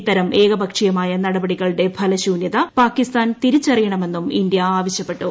ഇത്തരം ഏകപക്ഷീയമായ നടപടികളുടെ ഫലശൂന്യത പാകിസ്ഥാൻ തിരിച്ചറിയണമെന്നും ഇന്ത്യ ആവശ്യപ്പെട്ടു